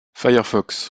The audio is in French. firefox